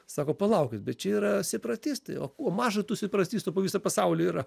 sako palaukit bet čia yra separatistai o kuo maža tų separatistų po visą pasaulį yra